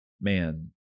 Man